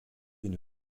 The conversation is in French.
une